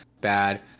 bad